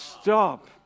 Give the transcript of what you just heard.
Stop